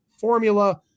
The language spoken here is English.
formula